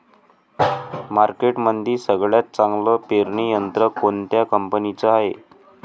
मार्केटमंदी सगळ्यात चांगलं पेरणी यंत्र कोनत्या कंपनीचं हाये?